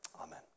Amen